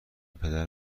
پدر